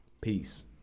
Peace